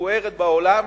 מפוארת בעולם.